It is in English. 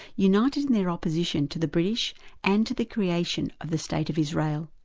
united in their opposition to the british and to the creation of the state of israel.